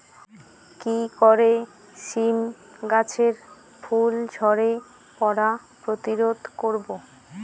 কি করে সীম গাছের ফুল ঝরে পড়া প্রতিরোধ করব?